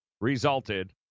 resulted